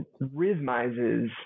rhythmizes